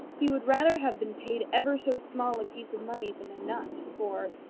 he would rather have been paid ever so small a piece of money than a nut for,